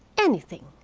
anything.